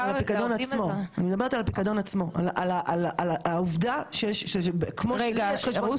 על העובדה שכמו שלי יש חשבון פנסיה גם להם יש חשבון פנסיה.